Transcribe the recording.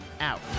Out